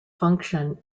function